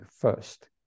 first